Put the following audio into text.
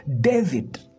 David